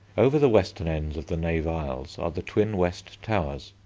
over the western ends of the nave aisles are the twin west towers,